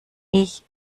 ich